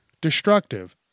destructive